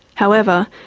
however,